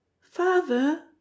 Father